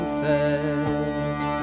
first